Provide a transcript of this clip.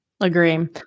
Agree